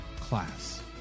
class